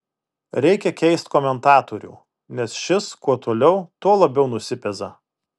reikia keist komentatorių nes šis kuo toliau tuo labiau nusipeza